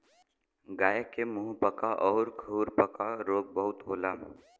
गाय के मुंहपका आउर खुरपका रोग बहुते होला